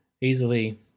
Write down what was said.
easily